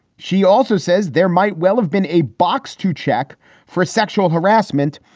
she also says there might well have been a box to check for sexual harassment,